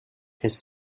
his